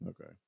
Okay